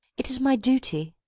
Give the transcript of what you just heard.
it is my duty.